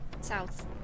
south